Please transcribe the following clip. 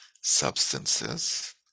Substances